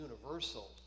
universal